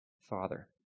Father